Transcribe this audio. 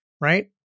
Right